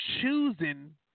choosing